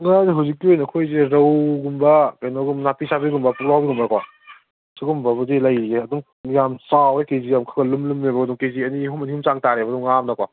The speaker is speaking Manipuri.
ꯉꯥꯁꯦ ꯍꯧꯖꯤꯛꯀꯤ ꯑꯣꯏꯅ ꯑꯩꯈꯣꯏꯁꯦ ꯔꯧꯒꯨꯝꯕ ꯀꯩꯅꯣ ꯅꯥꯄꯤ ꯆꯥꯕꯤꯒꯨꯝꯕ ꯄꯨꯛꯂꯥꯎꯕꯤꯒꯨꯝꯕꯀꯣ ꯁꯤꯒꯨꯝꯕꯕꯨꯗꯤ ꯂꯩꯔꯤꯌꯦ ꯑꯗꯨꯝ ꯌꯥꯝ ꯆꯥꯎꯋꯦ ꯀꯦ ꯖꯤ ꯌꯥꯝ ꯂꯨꯝ ꯂꯨꯝꯃꯦꯕ ꯑꯗꯨꯝ ꯀꯦ ꯖꯤ ꯑꯅꯤ ꯑꯍꯨꯝ ꯑꯅꯤ ꯑꯍꯨꯝ ꯆꯥꯡ ꯇꯥꯔꯦꯕ ꯉꯥ ꯑꯃꯗꯀꯣ